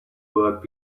work